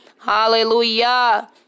Hallelujah